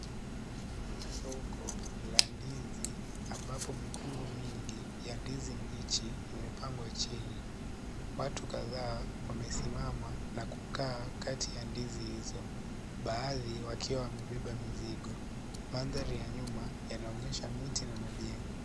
Soko la ndizi ambapo mikungu mingi ya ndizi mbichi imepangwa chini. Watu kadhaa wamesimama na kukaa kati ya ndizi hizo, baadhi wakiwa wamebeba mizigo. Mandhari ya nyuma yanaonyesha miti na majengo.